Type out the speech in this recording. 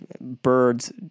Birds